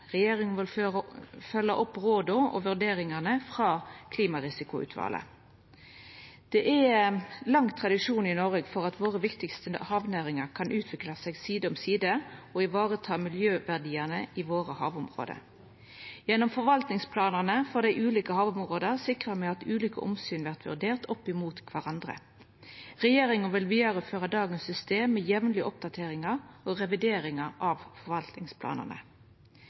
Regjeringa vil følgja opp råda og vurderingane frå klimarisikoutvalet. Det er i Noreg lang tradisjon for at våre viktigaste havnæringar kan utvikla seg side om side og vareta miljøverdiane i våre havområde. Gjennom forvaltingsplanane for dei ulike havområda sikrar me at ulike omsyn vert vurderte opp mot kvarandre. Regjeringa vil vidareføra dagens system med jamlege oppdateringar og revideringar av